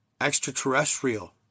extraterrestrial